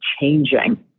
changing